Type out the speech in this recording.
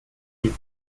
die